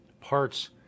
parts